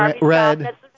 red